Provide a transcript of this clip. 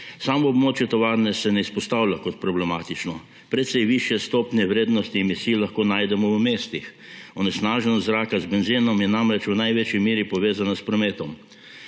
Samo območje tovarne se ne izpostavlja kot problematično, precej višje stopnje vrednosti emisij lahko najdemo v mestih. Onesnaženost zraka z benzenom je namreč v največji meri povezana s prometom.